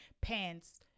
pants